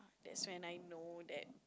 that's when I know that